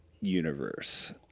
universe